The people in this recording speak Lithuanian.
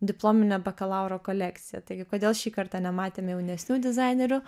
diplominio bakalauro kolekciją taigi kodėl šį kartą nematėme jaunesnių dizainerių